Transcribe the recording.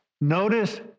Notice